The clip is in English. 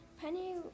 Penny